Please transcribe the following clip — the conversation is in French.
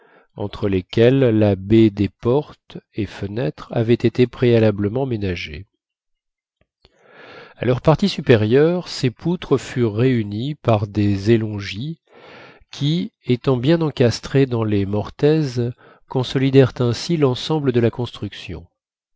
entre lesquelles la baie des portes et fenêtres avait été préalablement ménagée à leur partie supérieure ces poutres furent réunies par des élongis qui étant bien encastrés dans les mortaises consolidèrent ainsi l'ensemble de la construction